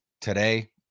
today